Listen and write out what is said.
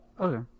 Okay